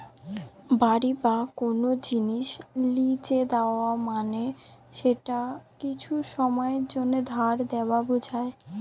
বাড়ি বা কোন জিনিস লীজে দেওয়া মানে সেটাকে কিছু সময়ের জন্যে ধার দেওয়া বোঝায়